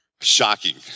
Shocking